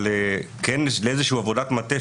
אבל כן לאיזושהי עבודת מטה,